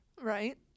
right